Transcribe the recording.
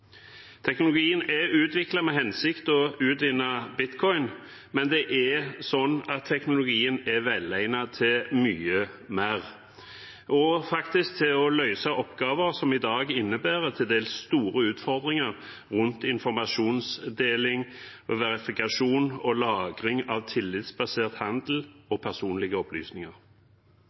teknologien bak. Teknologien er utviklet med den hensikt å utvinne bitcoin, men teknologien er velegnet til mye mer, faktisk også til å løse oppgaver som i dag innebærer til dels store utfordringer rundt informasjonsdeling, verifikasjon og lagring av tillitsbasert handel og personlige opplysninger.